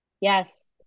Yes